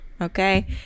okay